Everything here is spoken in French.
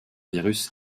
virus